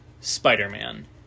Spider-Man